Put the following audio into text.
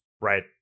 right